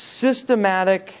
systematic